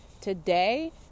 Today